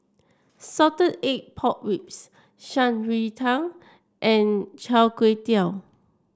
Salted Egg Pork Ribs Shan Rui Tang and Chai Tow Kway